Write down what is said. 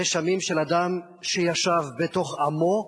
רשמים של אדם שישב בתוך עמו,